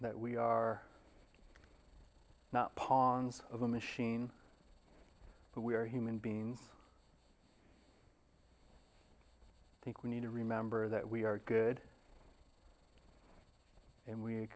that we are not pawns of a machine but we are human beings think we need to remember that we are good and we